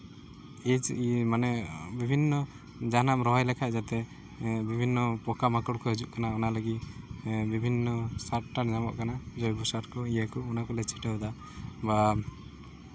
ᱢᱟᱱᱮ ᱵᱤᱵᱷᱤᱱᱱᱚ ᱡᱟᱦᱟᱸᱱᱟᱜ ᱮᱢ ᱨᱚᱦᱚᱭ ᱞᱮᱠᱷᱟᱱ ᱡᱟᱛᱮ ᱵᱤᱵᱷᱤᱱᱱᱚ ᱯᱚᱠᱟᱼᱢᱟᱠᱚᱲ ᱠᱚ ᱦᱤᱡᱩᱜ ᱠᱟᱱᱟ ᱚᱱᱟ ᱞᱟᱹᱜᱤᱫ ᱛᱮ ᱵᱤᱵᱷᱤᱱᱱᱚ ᱥᱟᱨᱼᱴᱟᱨ ᱧᱟᱢᱚᱜ ᱠᱟᱱᱟ ᱡᱳᱭᱵᱚ ᱥᱟᱨ ᱠᱚ ᱤᱭᱟᱹ ᱠᱚ ᱚᱱᱟ ᱠᱚᱞᱮ ᱪᱷᱤᱴᱟᱹᱣᱮᱫᱟ ᱵᱟ